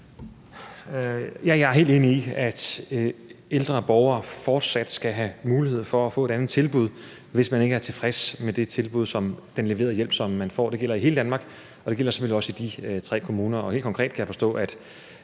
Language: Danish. Jeg er helt enig i, at ældre borgere fortsat skal have mulighed for at få et andet tilbud, hvis man ikke er tilfreds med det tilbud og den leverede hjælp, som man får. Det gælder i hele Danmark, og det gælder selvfølgelig også i de tre kommuner.